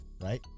Right